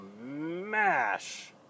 smash